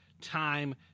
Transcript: Time